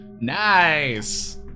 Nice